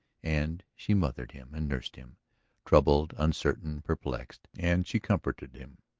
and she mothered him and nursed him troubled, uncertain, perplexed, and she comforted him.